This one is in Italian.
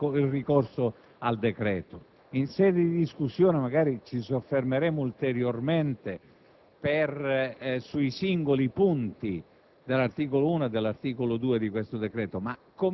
il ricorso al decreto. In sede di discussione, magari, ci soffermeremo ulteriormente sui singoli punti